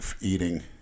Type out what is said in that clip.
eating